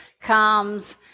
comes